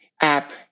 app